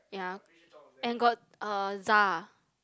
yeah and got uh Za